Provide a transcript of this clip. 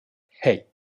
hey